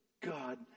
God